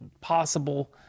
possible